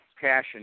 passion